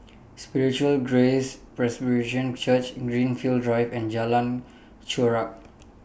Spiritual Grace Presbyterian Church Greenfield Drive and Jalan Chorak